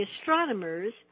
astronomers